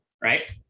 right